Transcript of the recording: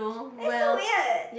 that's so weird